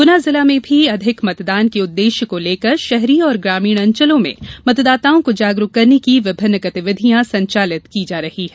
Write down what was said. गुना जिले में भी अधिक मतदान के उद्वेश्य को लेकर शहरी एवं ग्रामीण अंचलों मतदाताओं को जागरूक करने की विभिन्न गतिविधियां संचालित की जा रही है